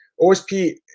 OSP